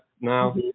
now